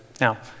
Now